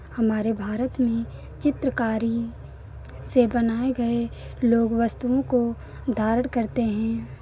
हमारे भारत में चित्रकारी से बनाए गए लोग वस्तुओं को धारण करते हैं